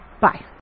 Bye